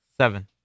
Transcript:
Seven